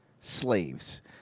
Slaves